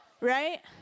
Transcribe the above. right